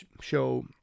show